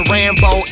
Rambo